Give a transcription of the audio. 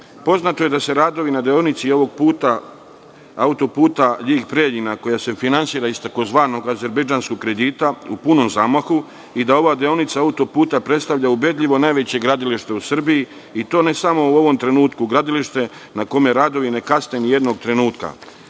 jeste. Poznato je da su radovi na deonici autoputa Ljig-Preljina, koja se finansira iz tzv. azerbejdžanskog kredita, u punom zamahu i da ova deonica autoputa predstavlja ubedljivo najveće gradilište u Srbiji, i to ne samo u ovom trenutku. To je gradilište na kome radovi ne kasne nijednog trenutka.